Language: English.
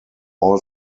all